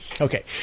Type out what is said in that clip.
Okay